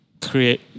create